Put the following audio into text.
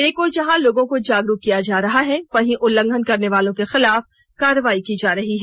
एक ओर जहां लोगों को जागरूक किया जा रहा है वहीं उल्लंघन करने वालों के खिलाफ कार्रवाई की जा रही है